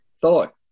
thought